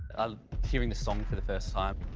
ah hearing the song for the first time.